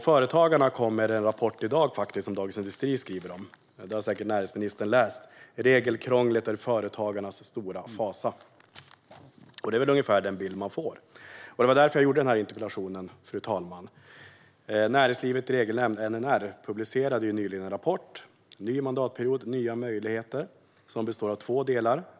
Företagarna kommer med en rapport i dag, som Dagens industri skriver om och som näringsministern säkert har läst om: Regelkrånglet är företagarnas stora fasa. Det är ungefär den bild man får, och det var därför jag ställde denna interpellation. Näringslivets Regelnämnd, NNR, publicerade nyligen en rapport, Ny mandatperiod, nya möjligheter , som består av två delar.